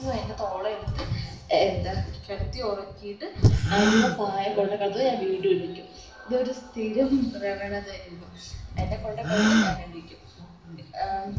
എന്നും എന്നെ തോളേൽ എടുത്ത് എന്താ കിടത്തി ഉറക്കിയിട്ട് ആൻറ്റിയമ്മ പായേൽ കൊണ്ട് കിടത്തിയാൽ ഞാൻ വീണ്ടും എണീക്കും അതൊരു സ്ഥിരം പ്രവണതായിരുന്നു എന്നെ കൊണ്ട് കിടത്തും ഞാൻ എണീക്കും